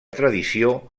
tradició